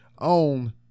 on